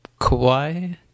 Kawhi